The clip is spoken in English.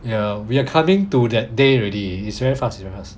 ya we are coming to that day already it's very fast it's very fast